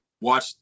watch